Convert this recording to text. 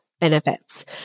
benefits